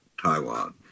taiwan